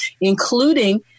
including